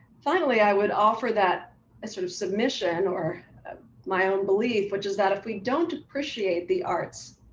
finally, i would offer that as sort of submission or my own belief, which is that if we don't appreciate the arts,